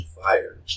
fire